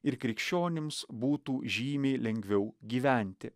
ir krikščionims būtų žymiai lengviau gyventi